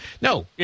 No